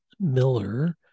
Miller